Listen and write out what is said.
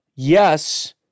Yes